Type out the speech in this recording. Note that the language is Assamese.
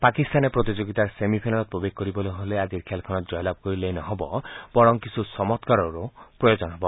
পাকিস্তানে প্ৰতিযোগিতাৰ ছেমি ফাইনেলত প্ৰৱেশ কৰিবলৈ হলে আজিৰ খেলখনত জয়লাভ কৰাই নহয় কিছু চমৎকাৰৰো প্ৰয়োজন হব